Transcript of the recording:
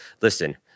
Listen